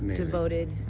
devoted,